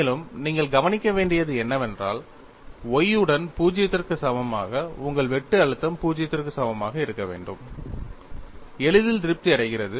மேலும் நீங்கள் கவனிக்க வேண்டியது என்னவென்றால் y உடன் 0 க்கு சமமாக உங்கள் வெட்டு அழுத்தம் 0 க்கு சமமாக இருக்க வேண்டும் எளிதில் திருப்தி அடைகிறது